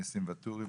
ניסים וטורי,